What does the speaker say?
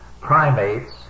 primates